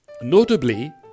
notably